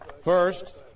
First